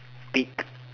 pick